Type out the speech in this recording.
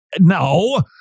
no